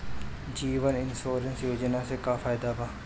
जीवन insurance योजना से का फायदा बा?